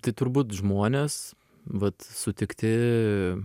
tai turbūt žmonės vat sutikti